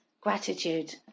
gratitude